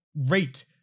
rate